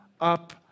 up